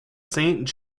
saint